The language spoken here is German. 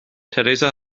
theresa